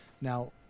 now